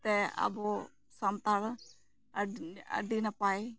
ᱛᱮ ᱟᱵᱚ ᱥᱟᱱᱛᱟᱲ ᱟᱰ ᱟᱹᱰᱤ ᱱᱟᱯᱟᱭ